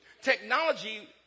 Technology